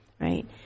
right